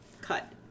cut